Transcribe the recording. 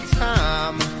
time